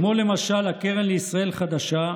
כמו למשל הקרן לישראל חדשה,